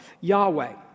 Yahweh